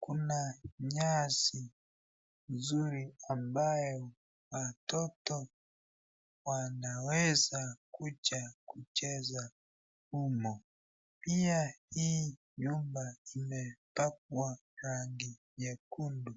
kuna nyasi nzuri ambayo watoto wanaweza kuja kucheza humu, pia hii nyumba imepakwa rangi nyekundu.